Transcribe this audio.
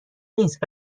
نیست